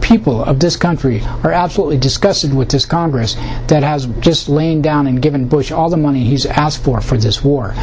people of this country are absolutely disgusted with this congress that has just lain down and given bush all the money he's asked for for this war